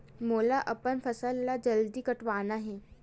मोला अपन फसल ला जल्दी कटवाना हे?